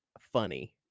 funny